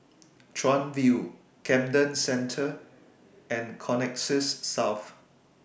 Chuan View Camden Centre and Connexis South